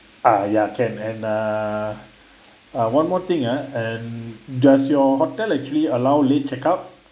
ah ya can and err uh one more thing ah and does your hotel actually allow late check out